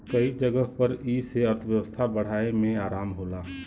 कई जगह पर ई से अर्थव्यवस्था बढ़ाए मे आराम होला